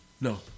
No